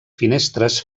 finestres